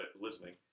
listening